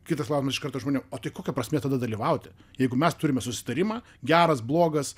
kitas klausimas iš karto žmonėm o tai kokia prasmė tada dalyvauti jeigu mes turime susitarimą geras blogas